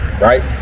Right